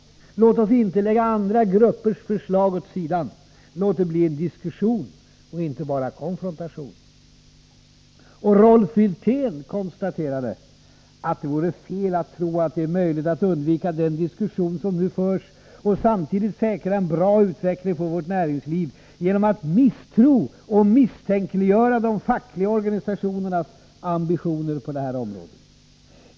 Låt oss inte lägga andra gruppers förslag åt sidan. Låt det bli en diskussion och inte bara konfrontation.” Rolf Wirtén konstaterade: ”Det vore fel att tro att det är möjligt att undvika den diskussion som nu förs, och samtidigt säkra en bra utveckling för vårt näringsliv genom att misstro och misstänkliggöra de fackliga organisationernas ambitioner på det här området.